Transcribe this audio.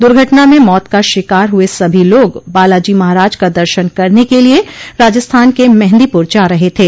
दुर्घटना में मौत का शिकार हुए सभी लोग बालाजी महाराज का दर्शन करने के लिये राजस्थान के मेंहदीपुर जा रहे थे